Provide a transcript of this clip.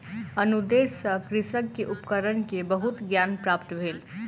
अनुदेश सॅ कृषक के उपकरण के बहुत ज्ञान प्राप्त भेल